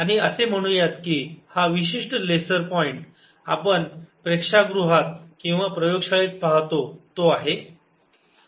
आणि असे म्हणूयात कि हा विशिष्ट लेसर पॉईंट आपण प्रेक्षागृहात किंवा प्रयोगशाळेत पाहतो तो आहे